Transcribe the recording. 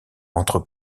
entre